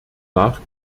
nach